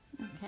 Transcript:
Okay